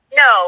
no